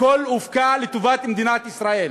הכול הופקע לטובת מדינת ישראל.